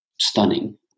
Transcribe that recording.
stunning